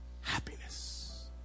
happiness